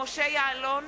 משה יעלון,